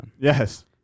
Yes